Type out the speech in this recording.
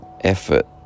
effort